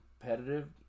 competitive